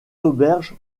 auberges